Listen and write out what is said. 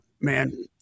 man